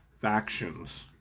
Factions